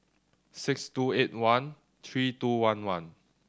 six two eight one three two one one